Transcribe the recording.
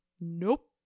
Nope